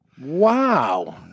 Wow